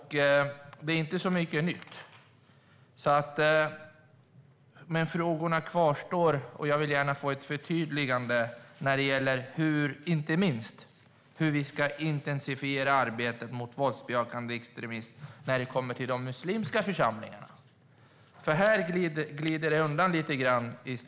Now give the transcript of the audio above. Det är inte så mycket nytt. Frågorna kvarstår. Jag vill gärna få ett förtydligande, inte minst när det gäller hur vi ska intensifiera arbetet mot våldsbejakande extremism i de muslimska församlingarna. Här är statsrådets svar lite undanglidande.